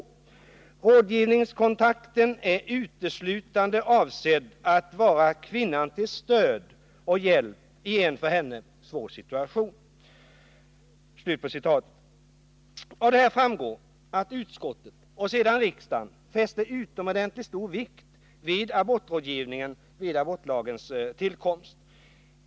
Rådgivningskontakten är uteslutande avsedd att vara kvinnan till stöd och hjälp i en för henne svår situation.” Av detta framgår att både utskottet och riksdagen fäste utomordentligt stor vikt vid abortrådgivningen när abortlagen kom till.